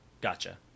Gotcha